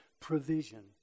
provision